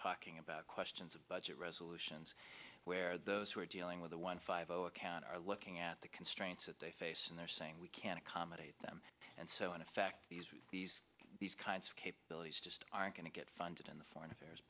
talking about questions of budget resolutions where those who are dealing with the one five zero account are looking at the constraints that they face and they're saying we can accommodate them and so in effect these these these kinds of capabilities just aren't going to get funded in the foreign affairs